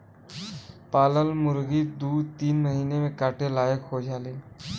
पालल मुरगी दू तीन महिना में काटे लायक हो जायेली